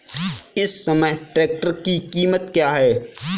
इस समय ट्रैक्टर की कीमत क्या है?